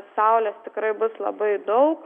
saulės tikrai bus labai daug